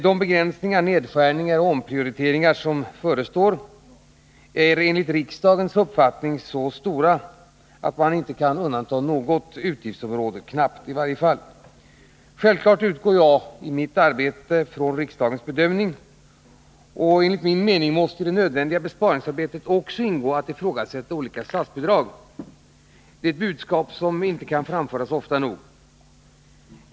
De begränsningar, nedskärningar och omprioriteringar som förestår är enligt riksdagens mening av en sådan storleksordning att knappast något utgiftsområde kan undantas. Självfallet utgår jag i mitt arbete från riksdagens bedömning. Enligt min mening måste i det nödvändiga besparingsarbetet även ingå att man ifrågasätter olika statsbidrag. Det är ett budskap som inte kan framföras nog ofta.